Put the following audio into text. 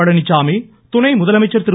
பழனிச்சாமி துணை முதலமைச்சர் மாநில திரு